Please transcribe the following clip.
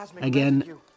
Again